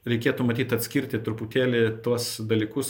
reikėtų matyt atskirti truputėlį tuos dalykus